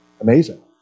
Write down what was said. Amazing